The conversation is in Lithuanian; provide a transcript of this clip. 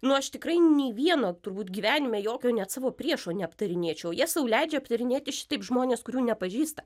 nu aš tikrai nei vieno turbūt gyvenime jokio net savo priešo neaptarinėčiau jie sau leidžia aptarinėti šitaip žmones kurių nepažįsta